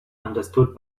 understood